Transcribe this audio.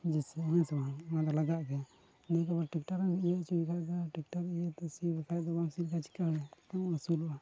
ᱡᱮᱥᱮ ᱦᱮᱸ ᱥᱮ ᱵᱟᱝ ᱚᱱᱟ ᱫᱚ ᱞᱟᱜᱟᱜ ᱜᱮᱭᱟ ᱱᱤᱭᱟᱹ ᱠᱚᱢᱟ ᱴᱮᱠᱴᱟᱨᱮᱢ ᱤᱭᱟᱹ ᱦᱚᱪᱚᱭ ᱠᱷᱟᱱ ᱫᱚ ᱴᱮᱠᱴᱟᱨ ᱤᱭᱟᱹᱛᱮ ᱥᱤ ᱵᱟᱠᱷᱟᱱ ᱫᱚ ᱵᱟᱢ ᱥᱤ ᱞᱮᱠᱷᱟᱱ ᱪᱤᱠᱟᱹ ᱦᱩᱭᱩᱜᱼᱟ